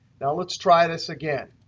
now let's try this again.